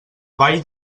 ball